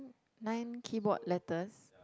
nine keyboard letters